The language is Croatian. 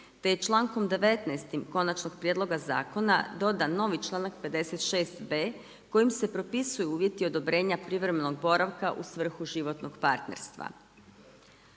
te člankom 19. konačnog prijedloga zakona dodan novi članak 56. b) kojim se propisuju uvjeti odobrenja privremenog boravka u svrhu životnog partnerstva.